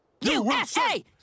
USA